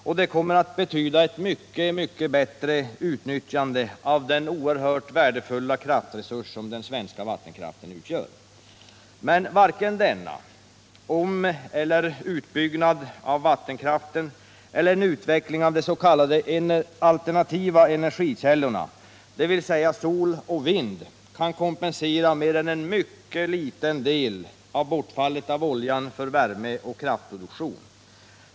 Och det kommer att betyda ett mycket bättre utnyttjande av den oerhört värdefulla kraftresurs som den svenska vattenkraften utgör. Men varken denna omoch utbyggnad av vattenkraften eller en utveckling av de s.k. alternativa energikällorna, dvs. sol och vind, kan kompensera mer än en mycket liten del av bortfallet av oljan för värmeoch kraftproduktion.